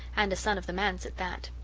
and a son of the manse at that.